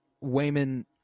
Wayman